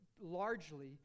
largely